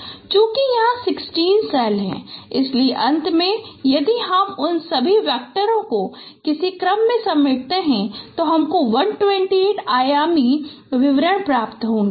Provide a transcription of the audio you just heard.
चूंकि यहाँ 16 सेल हैं इसलिए अंत में यदि हम उन सभी वैक्टरों को किसी क्रम में समेटते हैं तो हमको 128 आयामी विवरणक प्राप्त होगे